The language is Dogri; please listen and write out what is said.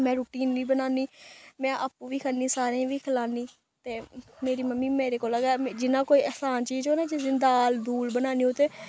में रुट्टी इन्नी बन्नानी में आपूं बी खन्नी सारें गी बी खलान्नी ते मेरी मम्मी मेरे कोला गै जिन्ना कोई असान चीज होऐ ना जिस दिन दाल दूल बनानी होए ते